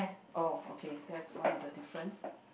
oh okay that's one of the different